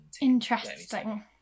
Interesting